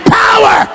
power